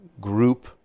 group